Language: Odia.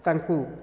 ତାଙ୍କୁ